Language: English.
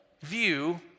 view